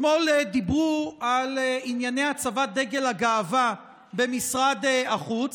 אתמול דיברו על ענייני הצבת דגל הגאווה במשרד החוץ.